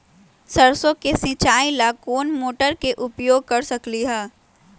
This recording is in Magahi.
सरसों के सिचाई ला कोंन मोटर के उपयोग कर सकली ह?